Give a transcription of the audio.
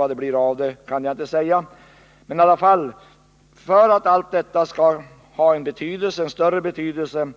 Vad det blir av dem kan jag inte säga, men för att allt detta skall få en större betydelse